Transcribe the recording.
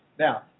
Now